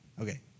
Okay